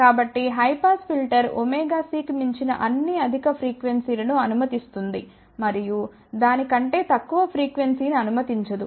కాబట్టి high pass filter ωc కి మించిన అన్ని అధిక ఫ్రీక్వెన్సీ లను అనుమతిస్తుంది మరియు దాని కంటే తక్కువ ఫ్రీక్వెన్సీ ని అనుమతించదు